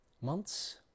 Months